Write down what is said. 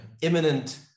imminent